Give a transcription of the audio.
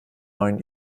neuen